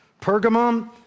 Pergamum